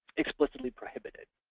explicitly prohibited.